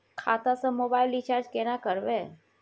खाता स mobile recharge केना करबे?